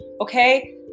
Okay